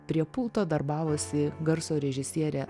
prie pulto darbavosi garso režisierė